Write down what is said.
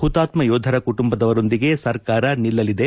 ಹುತಾತ್ತ ಯೋಧರ ಕುಟುಂಬದವರೊಂದಿಗೆ ಸರ್ಕಾರ ನಿಲ್ಲಲಿದೆ